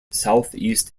southeast